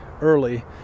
early